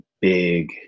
big